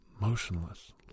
motionless